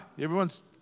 Everyone's